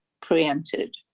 preempted